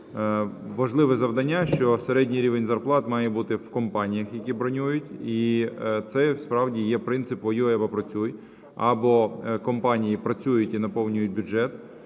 важливе завдання, що середній рівень зарплат має бути в компаніях, які бронюють, і це справді є принцип "воюй або працюй". Або компанії працюють і наповнюють бюджет,